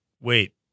wait